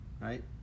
right